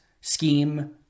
scheme